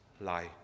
lie